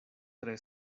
tre